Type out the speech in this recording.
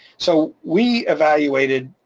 so we evaluated,